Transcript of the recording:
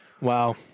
Wow